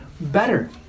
better